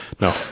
no